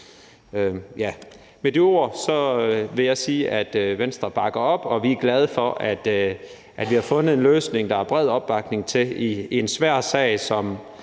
Med de ord vil jeg sige, at Venstre bakker op, og vi er glade for, at vi har fundet en løsning, der er bred opbakning til, i en svær sag, som